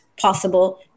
possible